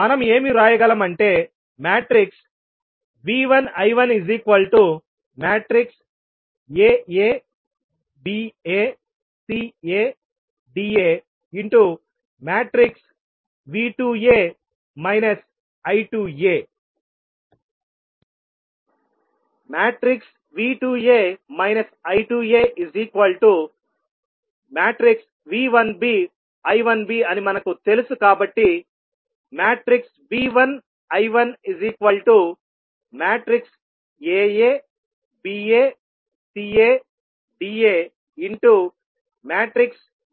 మనం ఏమి వ్రాయగలం అంటే V1 I1 Aa Ba Ca Da V2a I2a V2a I2a V1b I1b అని మనకు తెలుసు కాబట్టి V1 I1 Aa Ba Ca Da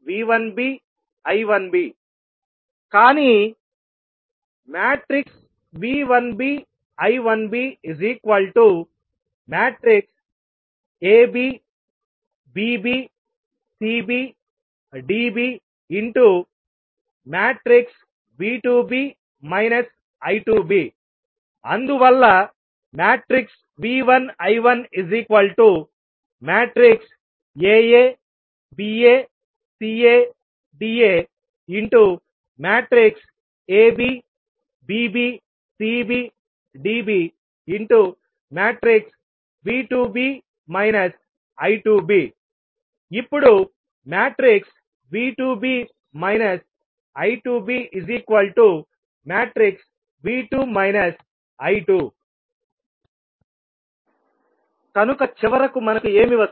V1b I1b కానీ V1b I1b Ab Bb Cb Db V2b I2b అందువల్ల V1 I1 Aa Ba Ca Da Ab Bb Cb Db V2b I2b ఇప్పుడు V2b I2b V2 I2 కనుక చివరకు మనకు ఏమి వస్తుంది